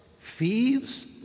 thieves